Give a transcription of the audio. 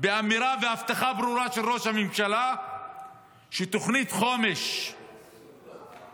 באמירה והבטחה ברורה של ראש הממשלה שתוכנית חומש לשנה